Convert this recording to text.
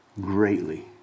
greatly